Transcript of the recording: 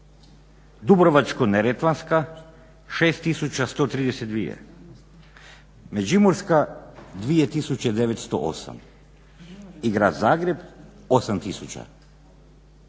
Dubrovačko-neretvanska 6132, Međimurska 2908 i Grad Zagreb 8000.